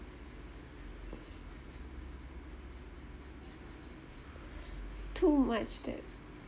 too much debt